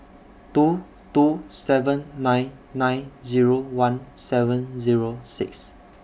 two two seven nine nine Zero one seven Zero six